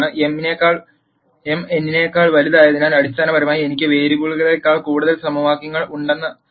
M n നേക്കാൾ വലുതായതിനാൽ അടിസ്ഥാനപരമായി എനിക്ക് വേരിയബിളുകളേക്കാൾ കൂടുതൽ സമവാക്യങ്ങൾ ഉണ്ടെന്നാണ് ഇതിനർത്ഥം